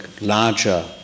larger